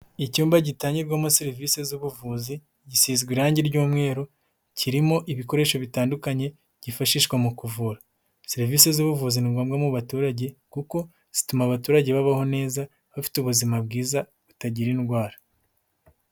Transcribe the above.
Icyumba gitangirwamo serivisi z'ubuvuzi gisizwe irangi ry'umweru, kirimo ibikoresho bitandukanye byifashishwa mu kuvura, serivisi z'ubuvuzi ni ngombwa mu baturage kuko zituma abaturage babaho neza bafite ubuzima bwiza butagira indwara.